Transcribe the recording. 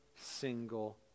single